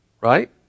right